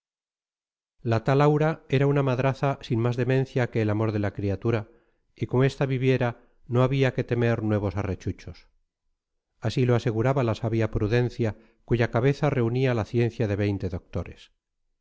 la tal aurora era una madraza sin más demencia que el amor de la criatura y como esta viviera no había que temer nuevos arrechuchos así lo aseguraba la sabia prudencia cuya cabeza reunía la ciencia de veinte doctores